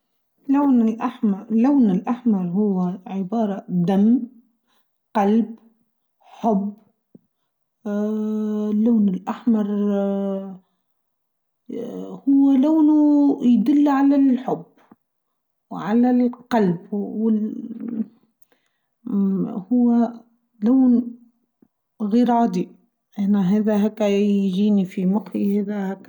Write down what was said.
اللون الأحمر هو عباره دم ، قلب ، حب ، اااا اللون الأحمر اااا هو لونه يدل على الحب و على القلب ااا هو لون غير عادي هنا هاذا هاكا يجيني في مخي هناهاكا.